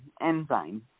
Enzyme